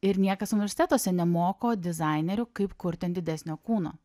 ir niekas universitetuose nemoko dizainerių kaip kurti ant didesnio kūno